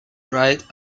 right